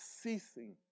ceasing